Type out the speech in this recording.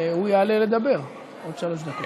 הוא יעלה לדבר, עוד שלוש דקות.